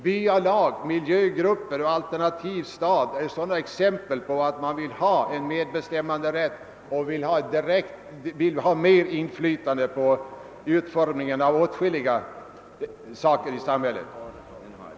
Byalag, miljögrupper och Alternativ stad är sådana exempel på att man vill ha medbestämmanderätt och mer inflytande på utformningen av åtskilliga saker i samhället.